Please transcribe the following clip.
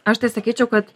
aš tai sakyčiau kad